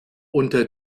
unter